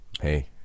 hey